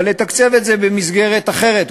אבל במסגרת אחרת,